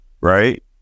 right